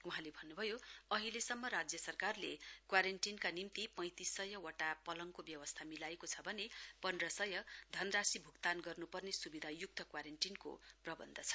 वहाँले भन्नु भयो अहिलेसम्म राज्य सरकारले क्वारेन्टिनका निम्ति पैंतिससय वटा पलङ्गको व्यवस्था मिलाएको छ भने पन्धसय धनराशी भुक्तान गर्नु पर्ने सुविधायुक्त क्वारेन्टीनको प्रबन्ध छ